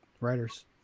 writers